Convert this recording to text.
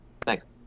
Thanks